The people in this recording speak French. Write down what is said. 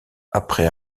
après